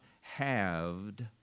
halved